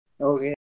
Okay